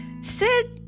Sid